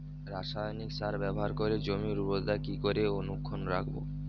রাসায়নিক সার ব্যবহার করে জমির উর্বরতা কি করে অক্ষুণ্ন রাখবো